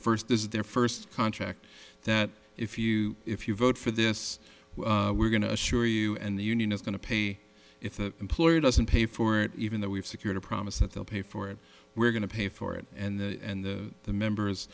first this is their first contract that if you if you vote for this we're going to assure you and the union is going to pay if the employer doesn't pay for it even though we've secured a promise that they'll pay for it we're going to pay for it and the the members